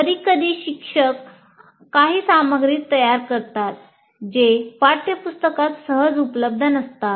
कधीकधी शिक्षक काही सामग्री तयार करतात जे पाठ्यपुस्तकात सहज उपलब्ध नसतात